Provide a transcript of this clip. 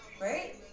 Right